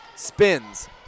Spins